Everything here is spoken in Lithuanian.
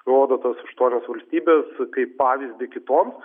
rodo tas aštuonias valstybes kaip pavyzdį kitoms